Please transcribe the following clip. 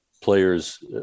players